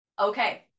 Okay